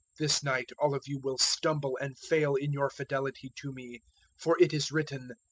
this night all of you will stumble and fail in your fidelity to me for it is written,